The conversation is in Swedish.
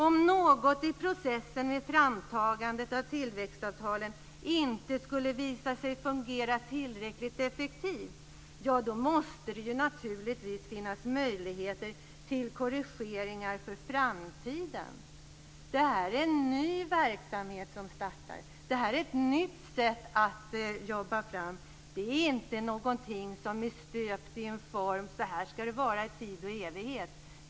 Om något i processen med framtagandet av tillväxtavtalen inte skulle visa sig fungera tillräckligt effektivt måste det naturligtvis finnas möjligheter till korrigeringar för framtiden. Det här är en ny verksamhet som startar. Det är ett nytt sätt att jobba. Det här är inte stöpt i en form som innebär att det ska vara så här i tid och evighet.